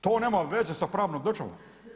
To nema veze sa pravnom državom.